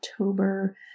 October